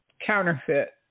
counterfeit